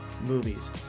movies